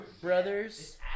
brothers